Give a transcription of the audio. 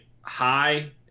high